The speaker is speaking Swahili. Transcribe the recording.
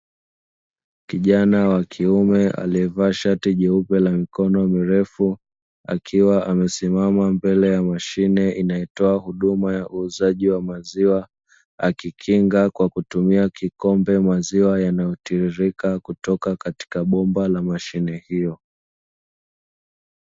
Kijana wa kiume aliyevaa shati jeupe la mikono mirefu, akiwa amesimama mbele ya mashine inayotoa huduma ya uuzaji wa maziwa, akikinga kwa kutumia kikombe maziwa yanayotiririka kutoka katika bomba la mashine hiyo.